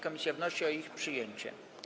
Komisja wnosi o ich przyjęcie.